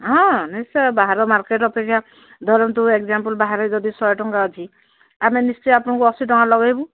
ହଁ ନିଶ୍ଚୟ ବାହାର ମାର୍କେଟ୍ ଅପେକ୍ଷା ଧରନ୍ତୁ ଏଗଜାମ୍ପଲ୍ ବାହାରେ ଯଦି ଶହେ ଟଙ୍କା ଅଛି ଆମେ ନିଶ୍ଚୟ ଆପଣଙ୍କୁ ଅଶୀ ଟଙ୍କା ଲଗେଇବୁ